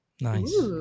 nice